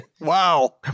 Wow